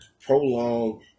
prolong